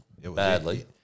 Badly